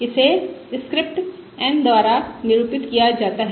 इसे script n द्वारा निरूपित किया जाता है